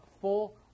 Full